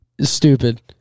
stupid